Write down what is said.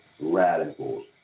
radicals